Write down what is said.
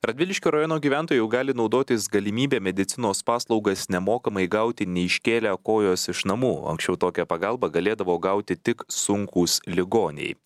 radviliškio rajono gyventojai jau gali naudotis galimybe medicinos paslaugas nemokamai gauti neiškėlę kojos iš namų anksčiau tokią pagalbą galėdavo gauti tik sunkūs ligoniai